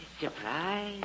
Surprise